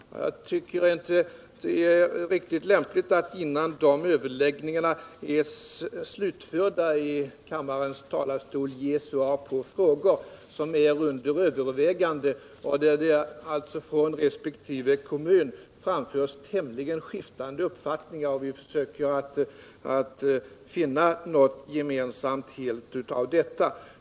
Jag tycker inte det är riktigt lämpligt att, innan de överläggningarna är slutförda, i kammarens talarstol ge svar på frågor som är under övervägande, frågor där det från kommunerna framförs tämligen skiftande uppfattningar och där vi försöker finna någon gemensam linje.